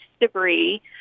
debris